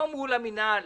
לא מול המינהל,